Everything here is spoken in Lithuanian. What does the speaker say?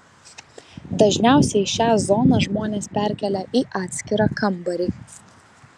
dažniausiai šią zoną žmonės perkelia į atskirą kambarį